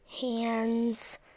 hands